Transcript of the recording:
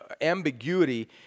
ambiguity